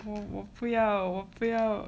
我不要我不要